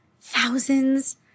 thousands